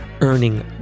earning